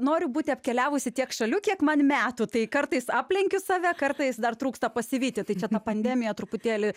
noriu būti apkeliavusi tiek šalių kiek man metų tai kartais aplenkiu save kartais dar trūksta pasivyti tai čia ta pandemija truputėlį